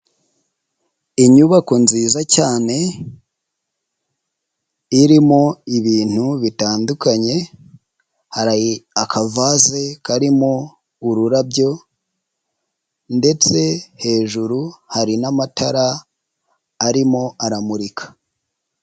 Inyubako nziza cyane irimo ibintu bitandukanye, hari akavase karimo ururabyo ndetse hejuru hari ni amatara arimo aramurika.